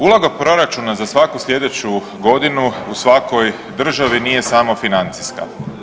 Uloga proračuna za svaku sljedeću godinu u svakoj državi nije samo financijska.